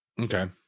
Okay